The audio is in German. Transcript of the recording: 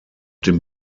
dem